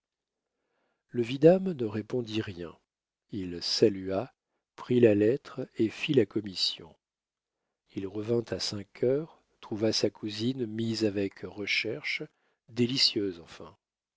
le vidame ne répondit rien il salua prit la lettre et fit la commission il revint à cinq heures trouva sa cousine mise avec recherche délicieuse enfin